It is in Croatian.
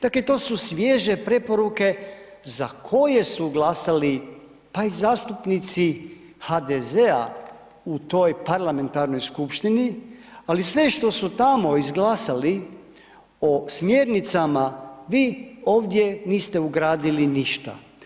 Dakle, to su svježe preporuke za koje su glasali, pa i zastupnici HDZ-a u toj parlamentarnoj skupštini, ali sve što su tamo izglasali o smjernicama, vi ovdje niste ugradili ništa.